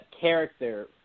character